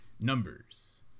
numbers